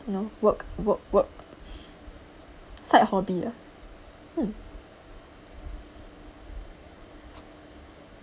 you know work work work side hobby lah hmm